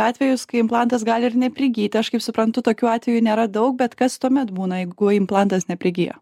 atvejus kai implantas gali ir neprigyti aš kaip suprantu tokių atvejų nėra daug bet kas tuomet būna jeigu implantas neprigijo